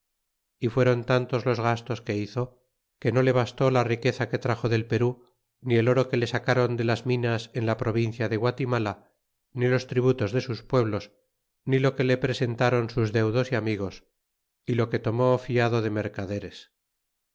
y fueron tantos los gastos que hizo que no le basté la riqueza que traxo del perú ni el oro que le sacaban de las minas en la provincia de guatimala ni los tributos de sus pueblos nilo que le presentaron sus deudos y amigos y lo que tornó fiado de mercaderes